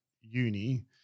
uni